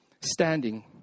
standing